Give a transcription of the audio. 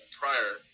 prior